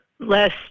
less